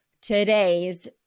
today's